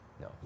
No